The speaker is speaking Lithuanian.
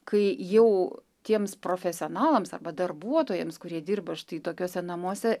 kai jau tiems profesionalams arba darbuotojams kurie dirba štai tokiuose namuose